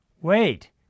Wait